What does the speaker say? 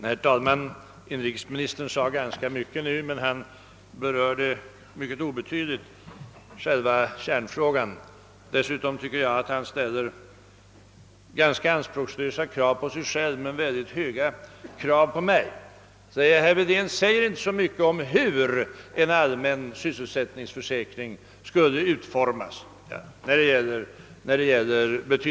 Herr talman! Inrikesministern sade ganska mycket nu, men han berörde också mycket obetydligt själva kärnfrågan. Dessutom tycker jag att han ställer rätt anspråkslösa krav på sig själv men synnerligen höga krav på mig. Han yttrade att jag inte sagt så mycket om hur en allmän sysselsättningsförsäkring skulle utformas när det gäller betydelsefulla detaljer.